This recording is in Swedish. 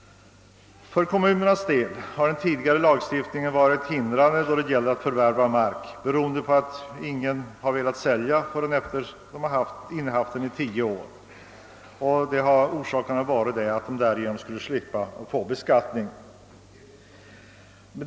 För kommunernas del har den tidigare lagstiftningen varit hindrande då det gällt att förvärva mark, beroende på att ingen har velat sälja förrän han innehaft marken i tio år. Orsaken till detta har varit att man önskat slippa betala skatt.